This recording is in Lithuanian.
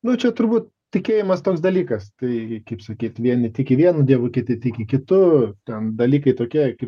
nu čia turbūt tikėjimas toks dalykas tai kaip sakyt vieni tiki vienu dievu kiti tiki kitu ten dalykai tokie kaip